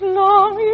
long